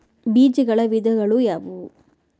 ಬೇಜಗಳ ವಿಧಗಳು ಯಾವುವು?